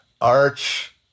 arch